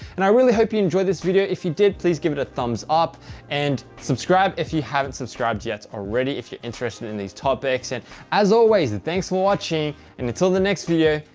and i really hope you enjoyed this video. if you did, please give it a thumbs up and subscribe if you haven't subscribed yet already, if you're interested in these topics and as always, thanks for watching and until the next video,